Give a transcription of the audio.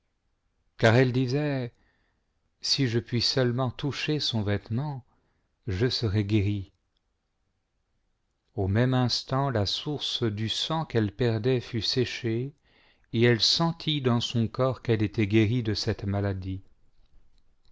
car elle disait si je puis seulement toucher son vêtement je serais guéri au même instant la source du sang qu elle perdait fut séchée et elle sentit dans son corps qu'elle était guérie de cette maladie